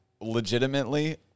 legitimately –